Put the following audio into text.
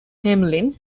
hamelin